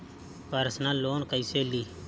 Personal loan कैसे ली?